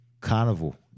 carnival